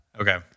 Okay